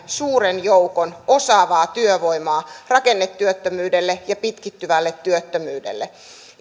suuren joukon osaavaa työvoimaa rakennetyöttömyydelle ja pitkittyvälle työttömyydelle